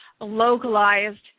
localized